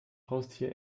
haustier